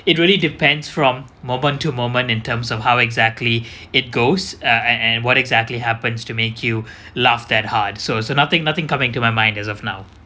it really depends from moment to moment in terms of how exactly it goes uh and and what exactly happens to make you laugh that hard so so nothing nothing come into my mind as of now